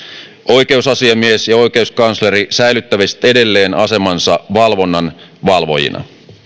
oikeusasiamies ja oikeuskansleri säilyttäisivät edelleen asemansa valvonnan valvojina